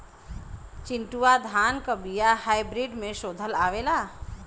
चिन्टूवा धान क बिया हाइब्रिड में शोधल आवेला?